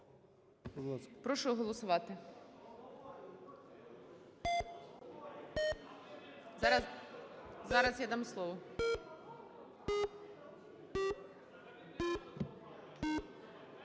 Прошу голосувати. Зараз я дам слово.